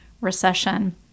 recession